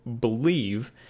believe